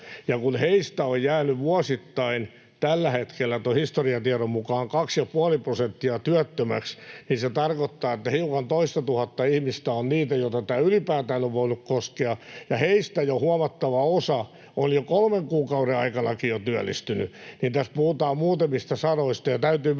kun heistä on jäänyt vuosittain tällä hetkellä historiatiedon mukaan kaksi ja puoli prosenttia työttömäksi, niin se tarkoittaa, että hiukan toistatuhatta ihmistä on niitä, joita tämä ylipäätään on voinut koskea, ja heistä huomattava osa on jo kolmen kuukauden aikanakin työllistynyt, eli tässä puhutaan muutamista sadoista. Täytyy muistaa